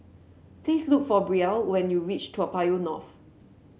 please look for Brielle when you reach Toa Payoh North